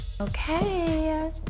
Okay